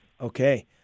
Okay